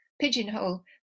pigeonhole